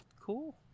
Cool